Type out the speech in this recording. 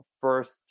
first